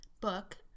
book